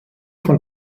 von